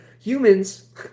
humans